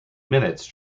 minutes